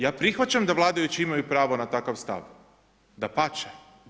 Ja prihvaćam da vladajući imaju pravo na takav stav, dapače.